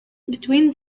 between